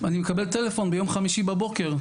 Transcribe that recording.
אני מקבל טלפון ביום חמישי בבוקר,